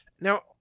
Now